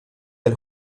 del